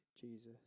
Jesus